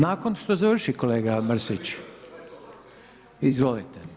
Nakon što završi kolega Mrsić, izvolite.